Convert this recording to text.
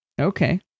Okay